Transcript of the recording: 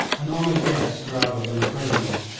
an honoured guest rather than a prisoner.